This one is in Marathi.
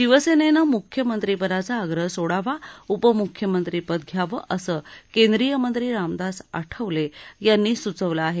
शिवसेनेनं मुख्यमंत्रीपदाचा आग्रह सोडावा उपमुख्यमंत्रीपद घ्यावं असं केंद्रीय मंत्री रामदास आठवले यांनी सुचवलं आहे